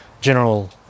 general